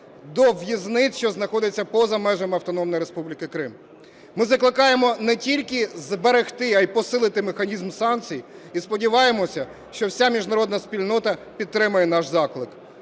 до в'язниць, що знаходяться поза межами Автономної Республіки Крим. Ми закликаємо не тільки зберегти, а й посилити механізм санкцій, і сподіваємося, що вся міжнародна спільнота підтримає наш заклик.